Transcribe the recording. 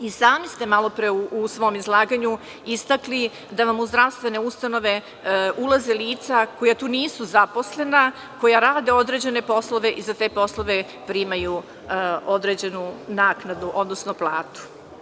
I sami ste malo pre u svom izlaganju istakli da vam u zdravstvene ustanove ulaze lica koja tu nisu zaposlena, koja rade određene poslove i za te poslove primaju određenu naknadu, odnosno platu.